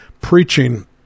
Preaching